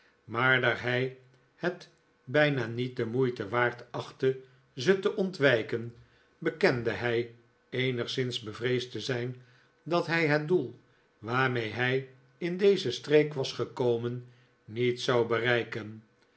maar daar hij het bijna niet de moeite waard achtte ze te ontwijken bekende hij eenigszins bevreesd te zijn dat hij het doel waarmee hij in deze streek was gekomen niet zou bereiken